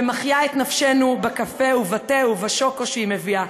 ומחיה נפשנו בקפה ובתה ובשוקו שהיא מביאה.